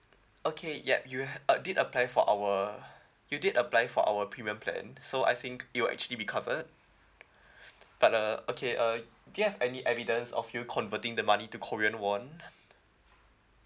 okay yup you ha~ uh did apply for our you did apply for our premium plan so I think it'll actually be covered but uh okay uh do you have any evidence of you converting the money to korean won